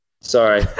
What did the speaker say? Sorry